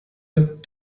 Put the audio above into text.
looked